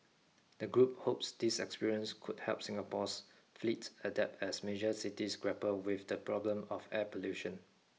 the group hopes this experience could help Singapore's fleet adapt as major cities grapple with the problem of air pollution